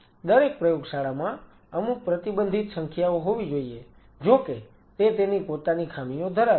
દરેક પ્રયોગશાળામાં અમુક પ્રતિબંધિત સંખ્યાઓ હોવી જોઈએ જોકે તે તેની પોતાની ખામીઓ ધરાવે છે